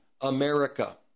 America